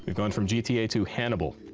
gone from gta to hannibal.